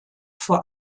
vor